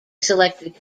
selected